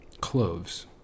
cloves